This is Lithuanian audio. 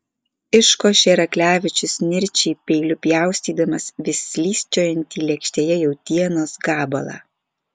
iškošė raklevičius nirčiai peiliu pjaustydamas vis slysčiojantį lėkštėje jautienos gabalą